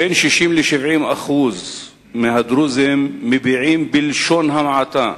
בין 60% ל-70% מהדרוזים מביעים, בלשון המעטה,